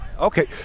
Okay